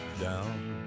down